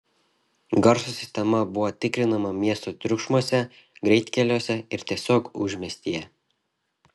garso sistema buvo tikrinama miesto triukšmuose greitkeliuose ir tiesiog užmiestyje